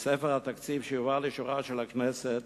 וספר התקציב שיובא לאישורה של הכנסת